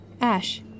Ash